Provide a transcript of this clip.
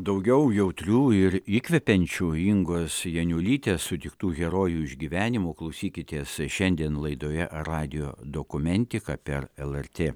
daugiau jautrių ir įkvepiančių ingos janiulytės sutiktų herojų išgyvenimų klausykitės šiandien laidoje radijo dokumentika per lrt